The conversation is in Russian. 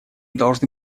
должны